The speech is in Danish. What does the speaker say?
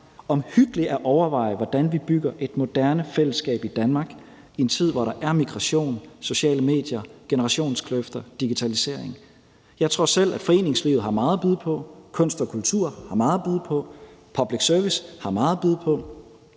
omhyggeligt at overveje, hvordan vi bygger et moderne fællesskab i Danmark i en tid, hvor der er migration, sociale medier, generationskløfter og digitalisering. Jeg tror selv, at foreningslivet har meget at byde på, at kunst og kultur har meget at byde på, og at public service har meget at byde på,